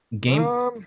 Game